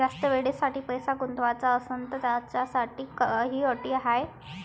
जास्त वेळेसाठी पैसा गुंतवाचा असनं त त्याच्यासाठी काही अटी हाय?